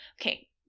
Okay